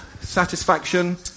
Satisfaction